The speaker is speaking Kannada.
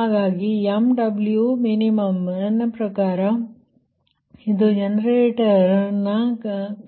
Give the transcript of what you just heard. ಆದ್ದರಿಂದ MWmin ನನ್ನ ಪ್ರಕಾರ ಇದು ಜನರೇಟರ್ನ